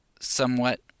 somewhat